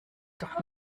doch